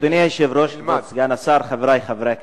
אדוני היושב-ראש, כבוד סגן השר, חברי חברי הכנסת,